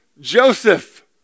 Joseph